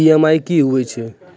EMI कि होय छै?